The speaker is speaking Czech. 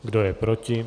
Kdo je proti?